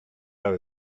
are